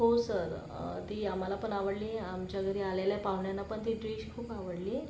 हो सर ती आम्हालापण आवडली आमच्या घरी आलेल्या पाहुण्यांना पण ती डिश खूप आवडली